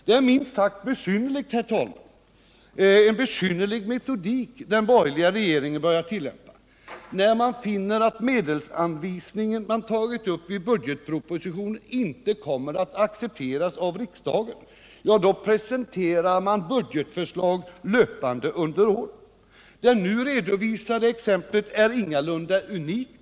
Det är en minst sagt besynnerlig metodik den borgerliga regeringen börjar tillämpa. När man finner att den medelsanvisning man tagit upp i budgetpropositionen inte kommer att accepteras av riksdagen, då presenterar man budgetförslag löpande under året. Det nu redovisade exemplet är ingalunda unikt.